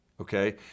okay